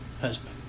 husband